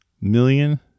million